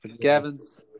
Gavin's